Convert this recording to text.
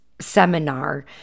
seminar